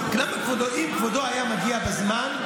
אם כבודו היה מגיע בזמן,